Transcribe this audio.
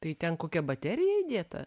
tai ten kokia baterija įdėta